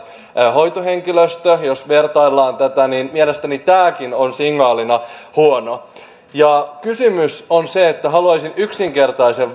hoitohenkilöstö jos vertaillaan tätä niin mielestäni tämäkin on signaalina huono kysymys johon haluaisin yksinkertaisen